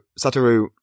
satoru